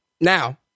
Now